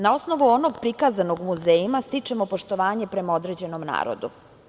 Na osnovu onog prikazanog muzejima stičemo poštovanje prema određenom narodu.